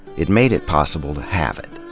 it made it possible to have it.